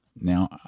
Now